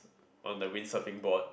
on the wind surfing board